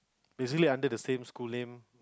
basically under the same school name